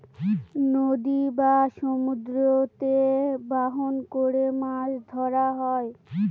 নদী বা সমুদ্রতে বাহন করে মাছ ধরা হয়